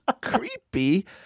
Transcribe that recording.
creepy